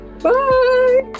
Bye